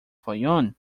fayoum